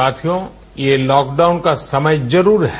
साथियों ये लॉकडाउन का समय जरूर है